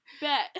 bet